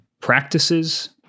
practices